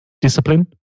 discipline